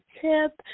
tip